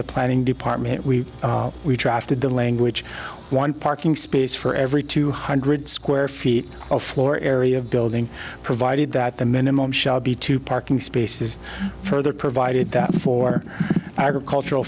the planning department we drafted the language one parking space for every two hundred square feet of floor area of building provided that the minimum shall be two parking spaces further provided that for agricultural